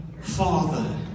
Father